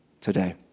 today